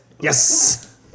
Yes